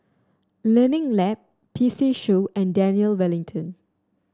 Learning Lab P C Show and Daniel Wellington